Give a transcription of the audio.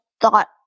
thought